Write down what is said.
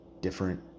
different